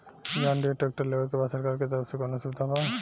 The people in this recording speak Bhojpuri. जॉन डियर ट्रैक्टर लेवे के बा सरकार के तरफ से कौनो सुविधा बा?